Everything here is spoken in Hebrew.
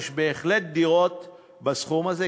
בהחלט יש דירות בסכום הזה,